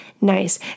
Nice